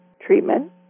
treatment